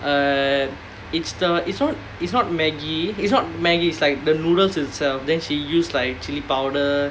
err it's the it's not it's not Maggi it's not Maggi it's like the noodles itself then she use like chili powder